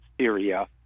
Syria